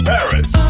Paris